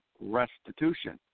restitution